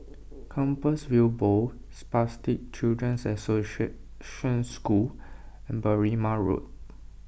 Compassvale Bow Spastic Children's Association School and Berrima Road